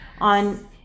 on